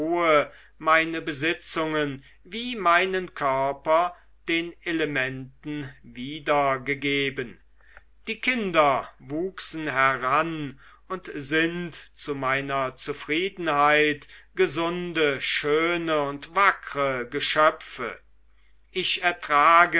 meine besitzungen wie meinen körper den elementen wiedergegeben die kinder wuchsen heran und sind zu meiner zufriedenheit gesunde schöne und wackre geschöpfe ich ertrage